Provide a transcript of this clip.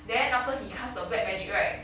then after he cast the black magic right